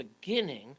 beginning